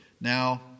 Now